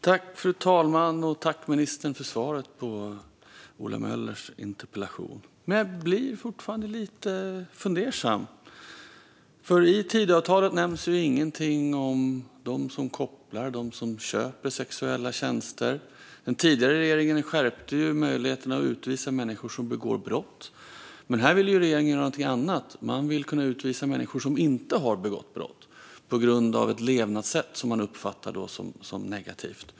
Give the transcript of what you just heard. Fru talman! Jag tackar ministern för svaret på Ola Möllers interpellation. Men jag är fortfarande lite fundersam, för i Tidöavtalet nämns ju ingenting om dem som kopplar eller om dem som köper sexuella tjänster. Den tidigare regeringen skärpte möjligheten att utvisa människor som begår brott, men här vill regeringen göra någonting annat. Man vill kunna utvisa människor som inte har begått brott, på grund av ett levnadssätt som man uppfattar som negativt.